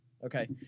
Okay